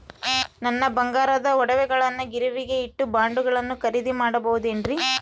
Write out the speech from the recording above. ನನ್ನ ಬಂಗಾರದ ಒಡವೆಗಳನ್ನ ಗಿರಿವಿಗೆ ಇಟ್ಟು ಬಾಂಡುಗಳನ್ನ ಖರೇದಿ ಮಾಡಬಹುದೇನ್ರಿ?